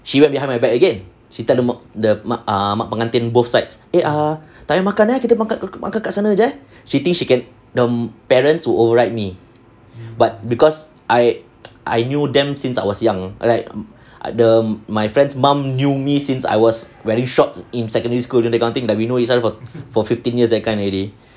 she went behind my back again she tell the mak the mak err pengantin both sides eh err tak payah makan eh kita makan kat sana jer eh she thinks she can the parents would override me but because I I knew them since I was young like the my friend's mum knew me since I was wearing shorts in secondary school the that kind of thing like we know each other for for fifteen years that kind already